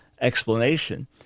explanation